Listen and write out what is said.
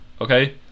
Okay